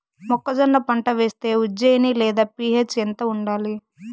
మొక్కజొన్న పంట వేస్తే ఉజ్జయని లేదా పి.హెచ్ ఎంత ఉండాలి?